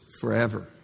forever